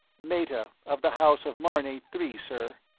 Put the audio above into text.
meta of the house of marnay three, sir.